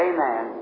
Amen